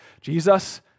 Jesus